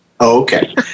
okay